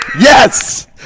Yes